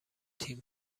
تیم